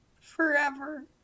forever